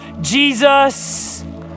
Jesus